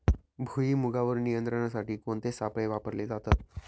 भुईमुगावर नियंत्रणासाठी कोणते सापळे वापरले जातात?